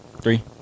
Three